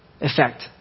effect